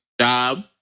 job